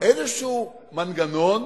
איזהו מנגנון